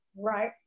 Right